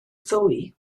ddwy